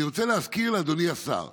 אני רוצה להזכיר לאדוני השר,